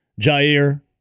Jair